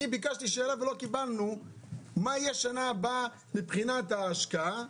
אני שאלתי שאלה ולא קיבלנו מה יהיה בשנה הבאה מבחינת ההשקעה,